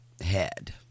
head